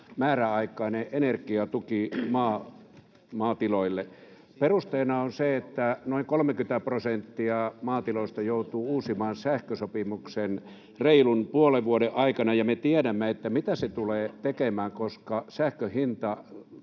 määräaikainen energiatuki maatiloille. Perusteena on, että noin 30 prosenttia maatiloista joutuu uusimaan sähkösopimuksen reilun puolen vuoden aikana, ja me tiedämme, mitä se tulee tekemään, kun sähkö